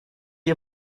ihr